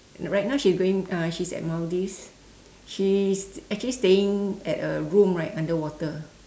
right now she going uh she's at Maldives she's actually staying at a room right underwater